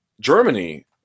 Germany